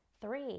Three